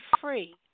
free